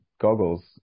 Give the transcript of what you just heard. goggles